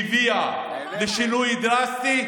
ההחלטה הראשונה שקיבלנו שהביאה לשינוי דרסטי,